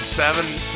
seven